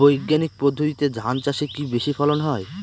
বৈজ্ঞানিক পদ্ধতিতে ধান চাষে কি বেশী ফলন হয়?